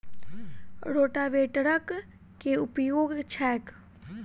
रोटावेटरक केँ उपयोग छैक?